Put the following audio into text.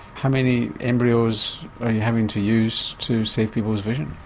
how many embryos are you having to use to save people's vision?